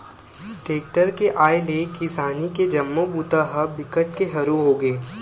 tractor के आए ले किसानी के जम्मो बूता ह बिकट के हरू होगे